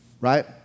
right